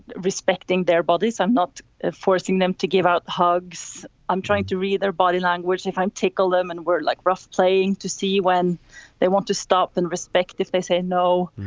respecting their bodies. i'm not forcing them to give out the hugs. i'm trying to read their body language if i'm taking them in word like rough playing to see when they want to stop and respect if they say no.